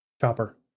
Chopper